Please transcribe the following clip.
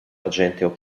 argenteo